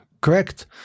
Correct